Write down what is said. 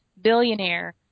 billionaire